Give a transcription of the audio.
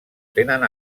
tenen